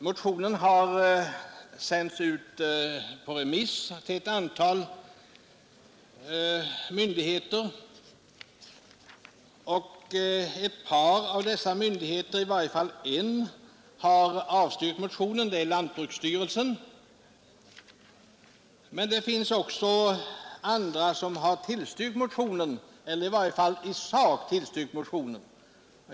Motionen har sänts ut på remiss till ett antal myndigheter, och ett par av dessa myndigheter — i varje fall en, nämligen lantbruksstyrelsen — har avstyrkt motionen. Men det finns andra som tillstyrkt motionen, i varje fall i sak.